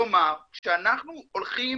כלומר, שאנחנו הולכים